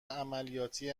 عملیاتی